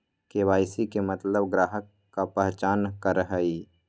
KYC के मतलब ग्राहक का पहचान करहई?